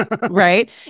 Right